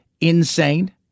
insane